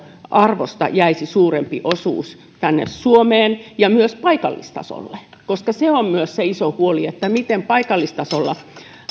arvosta jäisi suurempi osuus tänne suomeen ja myös paikallistasolle se on myös iso huoli että miten paikallistasolla